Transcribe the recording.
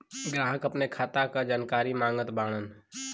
ग्राहक अपने खाते का जानकारी मागत बाणन?